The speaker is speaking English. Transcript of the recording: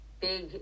big